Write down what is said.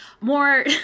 more